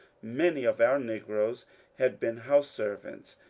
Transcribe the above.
many of our negroes had been house servants,